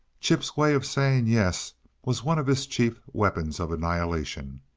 chip's way of saying yes was one of his chief weapons of annihilation.